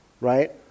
right